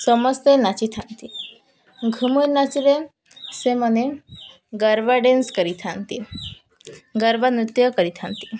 ସମସ୍ତେ ନାଚିଥାନ୍ତି ଘୁମୁର ନାଚରେ ସେମାନେ ଗର୍ବା ଡ୍ୟାନ୍ସ କରିଥାନ୍ତି ଗର୍ବା ନୃତ୍ୟ କରିଥାନ୍ତି